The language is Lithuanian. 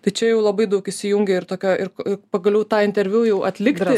tai čia jau labai daug įsijungia ir tokio ir pagaliau tą interviu jau atlikti